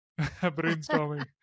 brainstorming